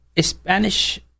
Spanish